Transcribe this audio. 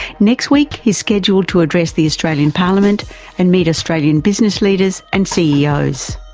next week he is scheduled to address the australian parliament and meet australian business leaders and ceos.